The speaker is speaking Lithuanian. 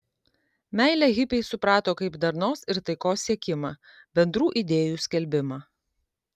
meilę hipiai suprato kaip darnos ir taikos siekimą bendrų idėjų skelbimą